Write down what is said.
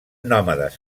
nòmades